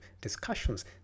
discussions